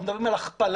אנחנו מדברים על הכפלה,